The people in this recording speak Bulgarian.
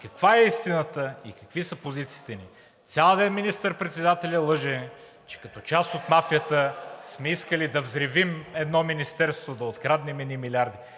каква е истината, и какви са позициите ни. Цял ден министър-председателят лъже, че като част от мафията сме искали да взривим едно министерство, да откраднем едни милиарди.